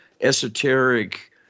esoteric